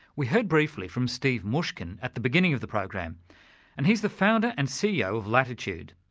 we heard briefly from steve mushkin at the beginning of the program and he's the founder and ceo of latitude,